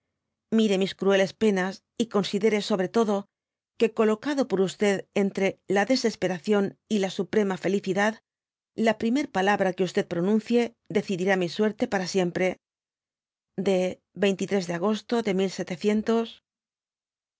indulgencia mire mis crueles penas j considere sobre todo que colocado por entre la desesperación y la suprema felicidad la primer palabra que pronuncie decidirá mi suerte para siempre de de agosto de